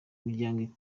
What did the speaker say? miryango